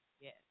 Yes